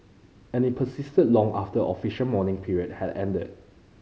and it persisted long after official mourning period had ended